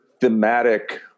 thematic